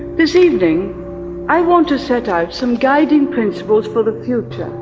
this evening i want to set out some guiding principles for the future.